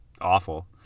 awful